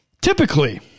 typically